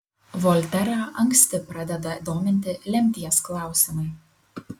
volterą anksti pradeda dominti lemties klausimai